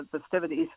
festivities